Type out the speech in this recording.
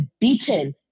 beaten